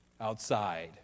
outside